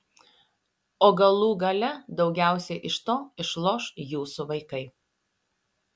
o galų gale daugiausiai iš to išloš jūsų vaikai